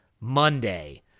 Monday